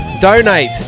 Donate